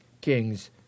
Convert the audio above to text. Kings